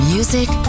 Music